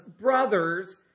brothers